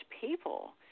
people